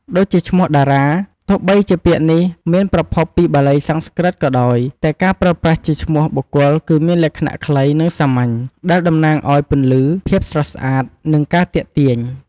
ដូចជាឈ្មោះតារា ទោះបីជាពាក្យនេះមានប្រភពពីបាលីសំស្ក្រឹតក៏ដោយ តែការប្រើប្រាស់ជាឈ្មោះបុគ្គលគឺមានលក្ខណៈខ្លី និងសាមញ្ញ ដែលតំណាងឲ្យពន្លឺ ភាពស្រស់ស្អាត និងការទាក់ទាញ។